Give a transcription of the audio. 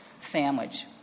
sandwich